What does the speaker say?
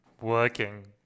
working